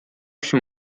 się